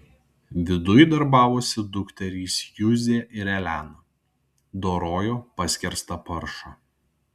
viduj darbavosi dukterys juzė ir elena dorojo paskerstą paršą